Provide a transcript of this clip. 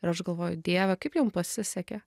ir aš galvoju dieve kaip jum pasisekė